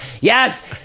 Yes